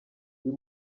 uyu